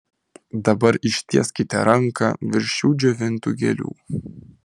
dabar ištieskite ranką virš šių džiovintų gėlių